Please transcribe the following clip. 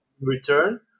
return